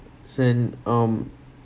send um